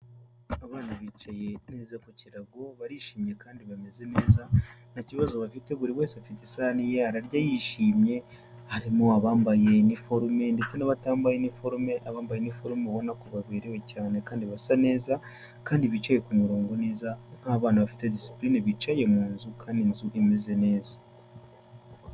Abana bicaye, neza ku kirago. Barishimye kandi bameze neza. Nta kibazo bafite, buri wese afite isahane ye, ararya yishimye. Harimo, abambaye iniforume, ndetse n'abatambaye iniforume. Abambaye inifurome urabona ko baberewe cyane kandi basa neza. Kandi bicaye ku murongo neza nk'abana bafite disipuline bicaye mu nzu, kandi inzu imeze neza.